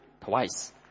Twice